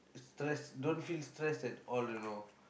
stress don't feel stress at all you know